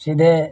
सीधे